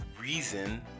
reason